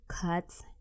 cuts